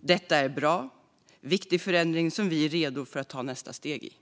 Detta är en bra och viktig förändring som vi är redo för att ta nästa steg i.